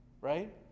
right